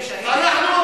כשנהיה שהידים?